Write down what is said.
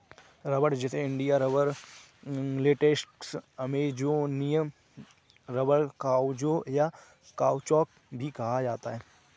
रबड़, जिसे India rubber, latex, Amazonian rubber, caucho, या काउचौक भी कहा जाता है